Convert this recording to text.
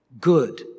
Good